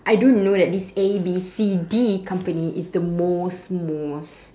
I do know that this A B C D company is the most most